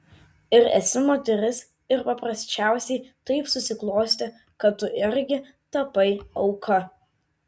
ir esi moteris ir paprasčiausiai taip susiklostė kad tu irgi tapai auka